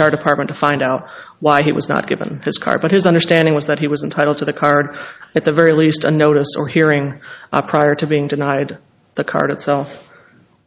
r department to find out why he was not given his car but his understanding was that he was entitled to the card at the very least a notice or hearing a prior to being denied the card itself